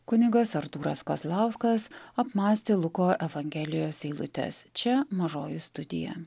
kunigas artūras kazlauskas apmąstė luko evangelijos eilutes čia mažoji studija